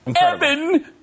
Evan